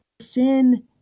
sin